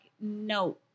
no